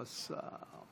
השר?